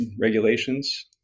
regulations